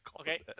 Okay